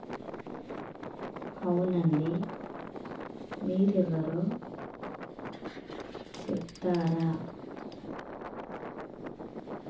అవునండీ మీరెవరో చెప్తారా